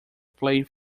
played